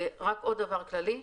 רק עוד דבר כללי,